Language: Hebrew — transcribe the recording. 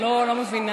לא מבינה